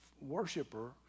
worshiper